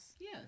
Yes